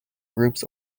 groups